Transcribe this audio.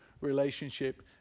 relationship